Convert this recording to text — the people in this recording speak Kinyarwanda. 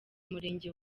murenge